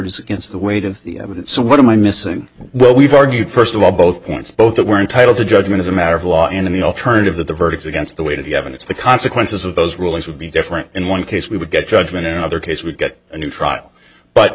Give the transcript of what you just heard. warders against the weight of the evidence so what am i missing well we've argued first of all both points both that we're entitled to judgment as a matter of law and the alternative that the verdicts against the weight of the evidence the consequences of those rulings would be different in one case we would get judgement in another case we'd get a new trial but